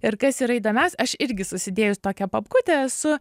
ir kas yra įdomiausia aš irgi susidėjus tokią papkutę esu